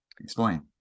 explain